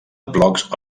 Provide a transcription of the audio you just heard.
blocs